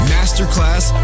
Masterclass